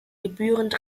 gebührend